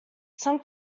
some